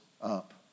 up